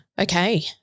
Okay